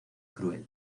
cruel